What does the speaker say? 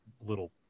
little